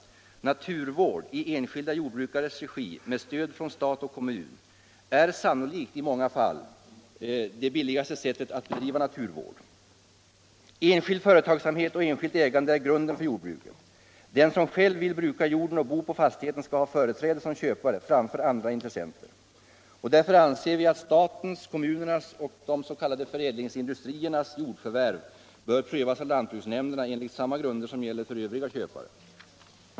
Naturvård i enskilda jordbrukares regi, med stöd från stat och kommun, är sannolikt på många håll det billigaste sättet att bedriva naturvård. Enskild företagsamhet och enskilt ägande är grunden för jordbruket. Den som själv vill bruka jorden och bo på fastigheten skall ha företräde som köpare framför andra intressenter. Vi anser därför att statens, kommunernas och de s.k. förädlingsindustriernas jordförvärv bör prövas av lantbruksnämnderna enligt samma grunder som gäller för övriga köpare.